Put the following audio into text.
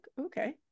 okay